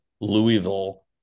Louisville